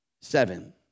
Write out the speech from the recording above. seven